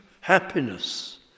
happiness